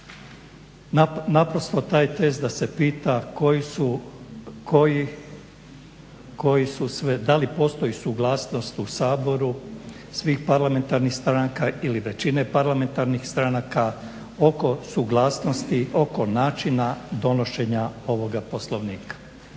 koji su koji, koji su sve, da li postoji suglasnost u Saboru svih parlamentarnih stranaka ili većine parlamentarnih stranaka oko suglasnosti, oko načina donošenja ovoga Poslovnika.